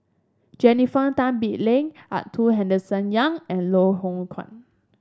Jennifer Tan Bee Leng Arthur Henderson Young and Loh Hoong Kwan